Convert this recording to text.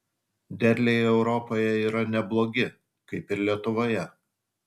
derliai europoje yra neblogi kaip ir lietuvoje